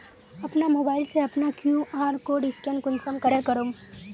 अपना मोबाईल से अपना कियु.आर कोड स्कैन कुंसम करे करूम?